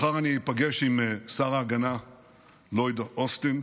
מחר אני איפגש עם שר ההגנה המדינה לויד אוסטין.